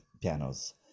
pianos